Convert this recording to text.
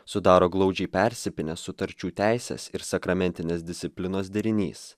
sudaro glaudžiai persipynę sutarčių teisės ir sakramentinės disciplinos derinys